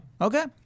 Okay